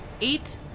eight